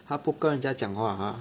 他不跟人家讲话 !huh!